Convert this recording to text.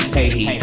Hey